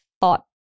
thought